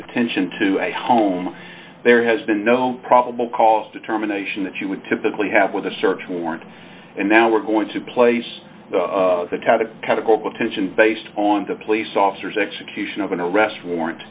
attention to a home there has been no probable cause determination that you would typically have with a search warrant and now we're going to place the type of category of attention based on the police officers execution of an arrest warrant